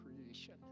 creation